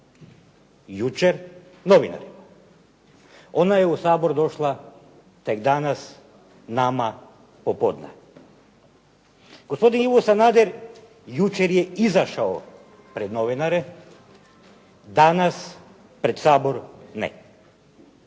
Jučer novinarima. Ona je u Sabor došla tek danas nama popodne. Gospodin Ivo Sanader jučer je izašao pred novinare, danas pred Sabor ne.